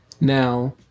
now